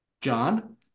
John